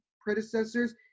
predecessors